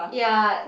ya